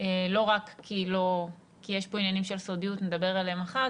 לא רק כי יש כאן עניינים של סודיות שנדבר עליהם אחר